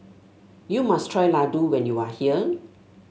you must try Ladoo when you are here